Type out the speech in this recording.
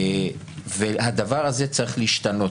הדבר הזה צריך להשתנות.